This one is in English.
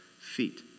feet